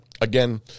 Again